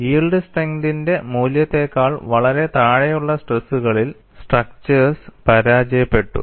yield സ്ട്രെങ്തിന്റെ മൂല്യത്തേക്കാൾ വളരെ താഴെയുള്ള സ്ട്രെസ്സുളിൽ സ്ട്രക്ചേർഴ്സ് പരാജയപ്പെട്ടു